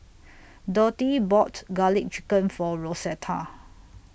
Dotty bought Garlic Chicken For Rosetta